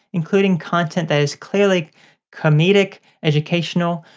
including content that is clearly comedic, educational,